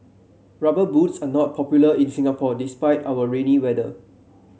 rubber boots are not popular in Singapore despite our rainy weather